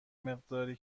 مقداری